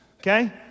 Okay